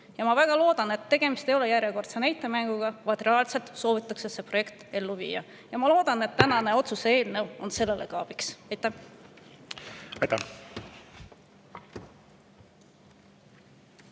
Ma väga loodan, et tegemist ei ole järjekordse näitemänguga, vaid reaalselt soovitakse see projekt ellu viia. Ma loodan, et tänane otsuse eelnõu on sellele abiks. Aitäh!